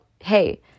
Hey